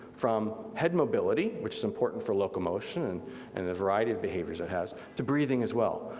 from head mobility, which is important for locomotion and the variety of behaviors it has, to breathing as well.